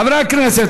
חברי הכנסת,